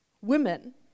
women